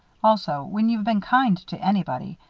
also, when you've been kind to anybody,